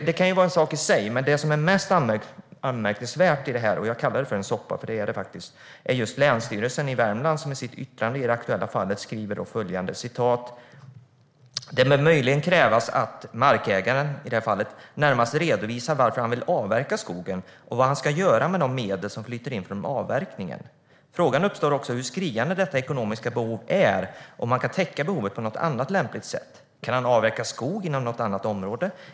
Det kan vara en sak i sig, men det som är mest anmärkningsvärt i detta - jag kallar det för en soppa, för det är det faktiskt - är att Länsstyrelsen Värmland i sitt yttrande i det aktuella fallet skriver följande: Det bör möjligen krävas att markägaren närmare redovisar varför han vill avverka skogen och vad han ska göra med de medel som flyter in från avverkningen. Frågan uppstår också hur skriande detta ekonomiska behov är och om han kan täcka behovet på något annat lämpligt sätt. Kan han avverka skog inom något annat område?